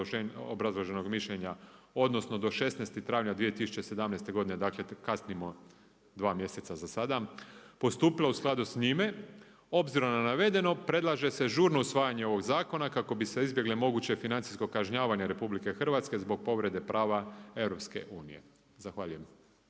obrazloženog mišljenja odnosno do 16. travnja 2017., dakle kasnimo dva mjeseca za sada, postupila u skladu s njime. Obzirom na navedeno predlaže se žurno usvajanje ovog zakona kako bi se izbjegle moguće financijsko kažnjavanje RH zbog povrede prava EU. Zahvaljujem.